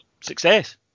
success